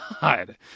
God